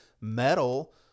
metal